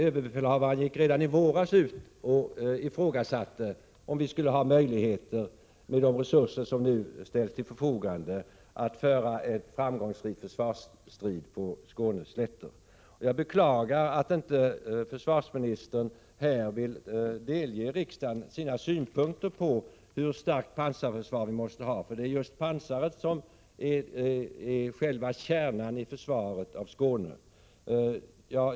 Överbefälhavaren ifrågasatte redan i våras om vi med de resurser som nu ställts till förfogande skulle ha möjligheter att föra en framgångsrik försvarsstrid på Skånes slätter. Jag beklagar att försvarsministern inte här vill delge riksdagen sina synpunkter på hur starkt pansarvärn vi måste ha. Det är just pansarvapnet som är kärnan i försvaret av Skåne.